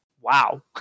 wow